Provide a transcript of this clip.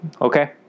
okay